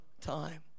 time